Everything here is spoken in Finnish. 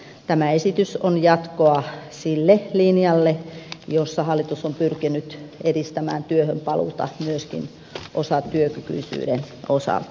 tämä esitys on jatkoa sille linjalle jossa hallitus on pyrkinyt edistämään työhön paluuta myöskin osatyökykyisyyden osalta